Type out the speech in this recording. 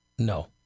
No